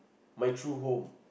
my true home